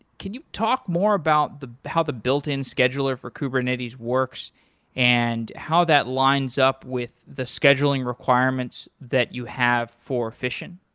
can you talk more about how the built-in scheduler for kubernetes works and how that lines up with the scheduling requirements that you have for fission?